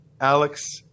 Alex